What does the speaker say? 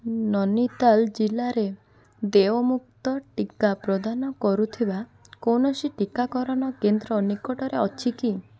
ନୈନିତାଲ ଜିଲ୍ଲାରେ ଦେୟମୁକ୍ତ ଟିକା ପ୍ରଦାନ କରୁଥିବା କୌଣସି ଟିକାକରଣ କେନ୍ଦ୍ର ନିକଟରେ ଅଛି କି